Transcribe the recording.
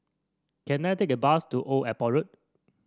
can I take a bus to Old Airport Road